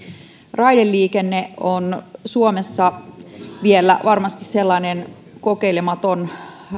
raideliikenne on suomessa vielä sellainen kokeilematon